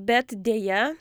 bet deja